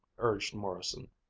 urged morrison.